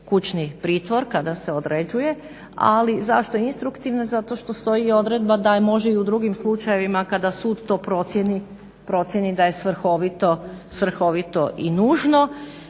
kućni pritvor, kada se određuje. Ali zašto instruktivno? Zato što stoji i odredba da može i u drugim slučajevima kada sud to procijeni da je svrhovito i nužno.